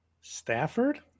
Stafford